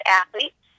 athletes